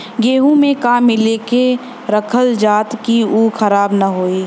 गेहूँ में का मिलाके रखल जाता कि उ खराब न हो?